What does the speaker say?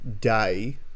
day